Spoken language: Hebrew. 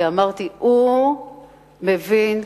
כי אמרתי: הוא מבין,